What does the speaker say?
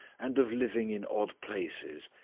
and of living in odd places.